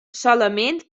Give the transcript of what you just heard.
solament